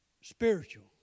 spiritual